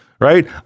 right